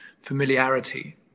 familiarity